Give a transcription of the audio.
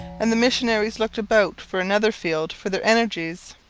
and the missionaries looked about for another field for their energies.